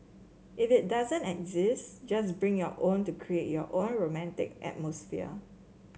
if it doesn't exist just bring your own to create your own romantic atmosphere